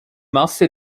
masse